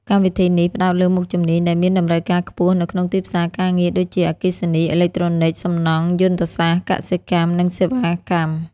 កម្មវិធីនេះផ្តោតលើមុខជំនាញដែលមានតម្រូវការខ្ពស់នៅក្នុងទីផ្សារការងារដូចជា អគ្គិសនី អេឡិចត្រូនិច សំណង់ យន្តសាស្ត្រ កសិកម្ម និងសេវាកម្ម។